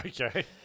Okay